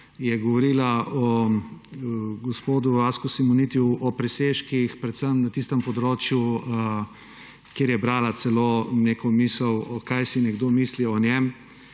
je govorila o gospodu Vasku Simonitiju o presežkih predvsem na tistem področju, kjer je brala celo neko misel, kaj si nekdo misli o njem.